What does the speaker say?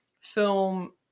film